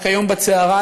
רק היום בצהריים,